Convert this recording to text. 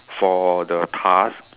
for the task